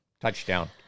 Touchdown